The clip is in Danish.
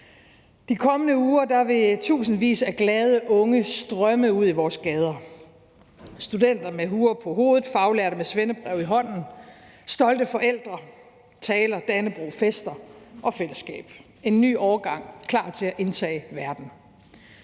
de kommende uger vil tusindvis af glade unge strømme ud i vores gader, studenter med huer på hovedet og faglærte med svendebreve i hånden, og der vil være stolte forældre, taler, Dannebrog, fester og fællesskab. En ny årgang er klar til at indtage verden.